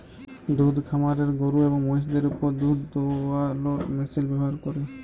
দুহুদ খামারে গরু এবং মহিষদের উপর দুহুদ দুয়ালোর মেশিল ব্যাভার ক্যরে